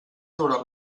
durant